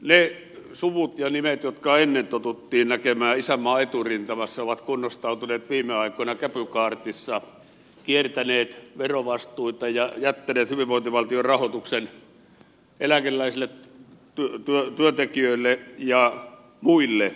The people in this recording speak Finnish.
ne suvut ja nimet jotka ennen totuttiin näkemään isänmaan eturintamassa ovat kunnostautuneet viime aikoina käpykaartissa kiertäneet verovastuita ja jättäneet hyvinvointivaltion rahoituksen eläkeläisille työntekijöille ja muille